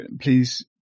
please